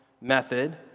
method